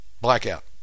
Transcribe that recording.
Blackout